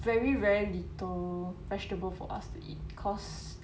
very very little vegetable for us to eat cause